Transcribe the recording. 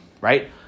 right